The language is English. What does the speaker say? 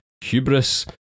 hubris